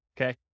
okay